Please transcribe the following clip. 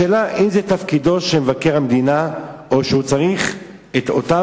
השאלה אם זה תפקידו של מבקר המדינה או שהוא צריך את אותן